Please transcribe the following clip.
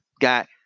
got